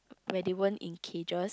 where they weren't in cages